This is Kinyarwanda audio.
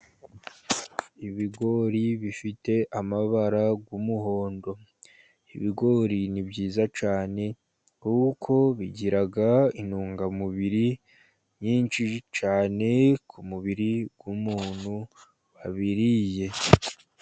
Ibigori bifite amabara y'umuhondo, ibigori ni byiza cyane kuko bigira intungamubiri nyinshi cyane, ku mubiri w'umuntu wabiriye.